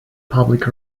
public